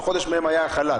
וחודש אחד מהם היה חל"ת,